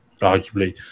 arguably